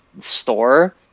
store